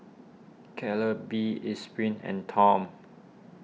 Calbee Esprit and Tom